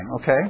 Okay